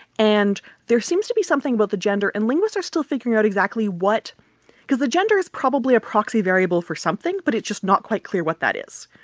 and there seems to be something about the gender. and linguists are still figuring out exactly what because the gender is probably a proxy variable for something. but it's just not quite clear what that is,